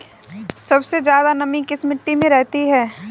सबसे ज्यादा नमी किस मिट्टी में रहती है?